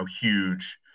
huge